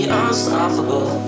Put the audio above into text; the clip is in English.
unstoppable